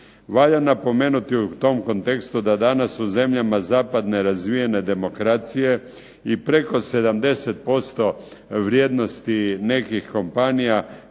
Valja napomenuti u tom kontekstu da danas u zemljama zapadne razvijene demokracije i preko 70% vrijednosti nekih kompanija